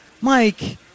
mike